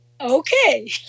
okay